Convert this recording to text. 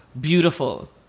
beautiful